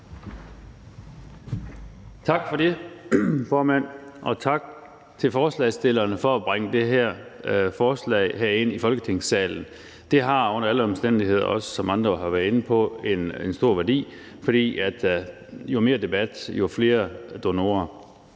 Tak for det, formand, og tak til forslagsstillerne for at bringe det her forslag herind i Folketingssalen. Det har under alle omstændigheder, som andre også har været inde på, en stor værdi, for jo mere debat, jo flere donorer.